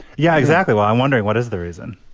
yeah, exactly. well, i'm wondering, what is the reason?